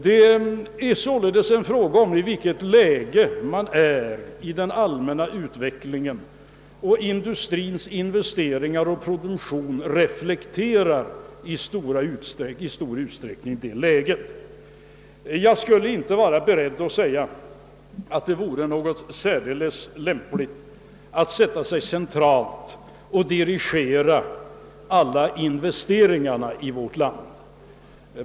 Det är således en fråga om i vilket läge man befinner sig i den allmänna utvecklingen; industrins investeringar och produktion reflekterar i stor utsträckning läget. Jag skulle inte vara beredd att säga att det vore särdeles lämpligt att centralt dirigera alla investeringar i vårt land.